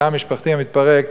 התא המשפחתי מתפרק,